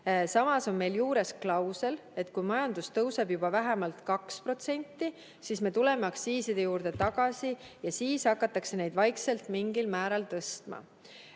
Samas on meil juures klausel, et kui majandus tõuseb juba vähemalt 2%, siis me tuleme aktsiiside juurde tagasi ja siis hakatakse neid vaikselt mingil määral tõstma.